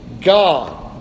God